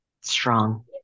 strong